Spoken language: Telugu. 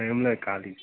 ఏమి లేదు ఖాళీ